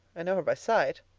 i know her by sight.